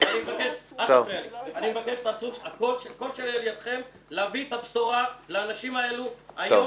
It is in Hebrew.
אני מבקש שתעשו כל שלאל ידכם להביא את הבשורה לאנשים האלה היום,